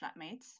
flatmates